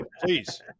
please